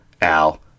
Al